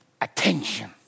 attention